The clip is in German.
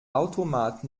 automat